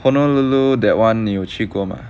honolulu that one 你有去过 mah